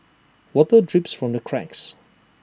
water drips from the cracks